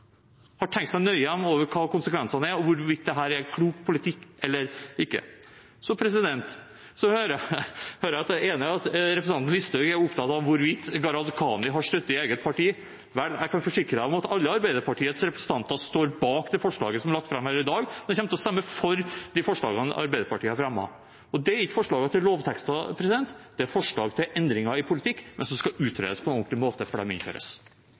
har tenkt nøye over hva konsekvensene er, og hvorvidt dette er en klok politikk eller ikke. Så hører jeg at representanten Listhaug er opptatt av hvorvidt Gharahkhani har støtte i eget parti. Vel, jeg kan forsikre om at alle Arbeiderpartiets representanter står bak det forslaget som er lagt fram her i dag, og vi kommer til å stemme for de forslagene som Arbeiderpartiet har fremmet. Og det er ikke forslag til lovtekster; det er forslag til endringer i politikk, men som skal utredes på en ordentlig måte før de innføres.